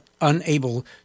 unable